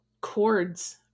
chords